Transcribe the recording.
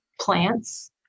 plants